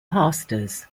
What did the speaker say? pastors